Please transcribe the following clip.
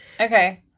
Okay